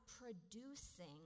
producing